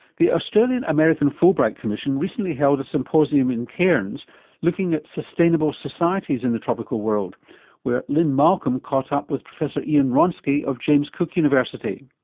the australian american fulbright commission recently held a symposium in cairns looking at sustainable societies in the tropical world where lynne malcolm caught up with professor ian wronski of james cook university.